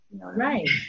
Right